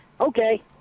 Okay